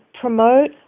promote